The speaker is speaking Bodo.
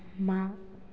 मा